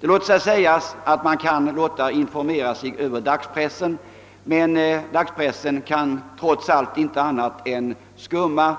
Det påpekas att man kan låta informera sig över dagspressen, men denna kan trots allt inte mer än skumma